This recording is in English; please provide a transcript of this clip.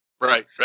right